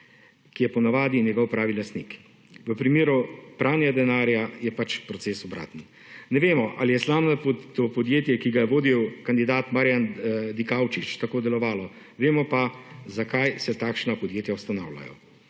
ki je po navadi njegov pravi lastnik. V primeru pranja denarja je pač proces obraten. Ne vemo ali je slamnato podjetje, ki ga je vodil kandidat Marjan Dikaučič tako delovalo vemo pa zakaj se takšna podjetja ustanavljajo.